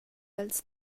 els